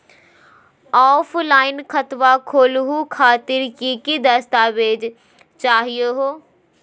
Offline खाता खोलहु खातिर की की दस्तावेज चाहीयो हो?